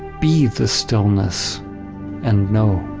be the stillness and know